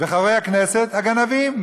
וחברי הכנסת, הגנבים.